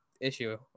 issue